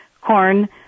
corn